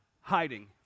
hiding